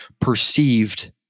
perceived